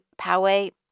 Poway